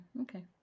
Okay